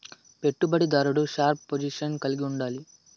పెట్టుబడి దారుడు sharp position కలిగుండాడు